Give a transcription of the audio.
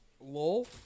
lol